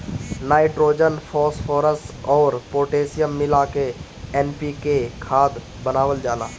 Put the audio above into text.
nitrogen, phosphorus अउर potassium मिला के एन.पी.के खाद बनावल जाला